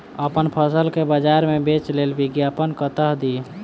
अप्पन फसल केँ बजार मे बेच लेल विज्ञापन कतह दी?